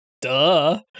Duh